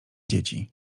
dzieci